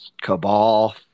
Cabal